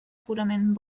purament